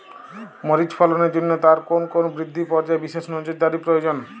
মরিচ ফলনের জন্য তার কোন কোন বৃদ্ধি পর্যায়ে বিশেষ নজরদারি প্রয়োজন?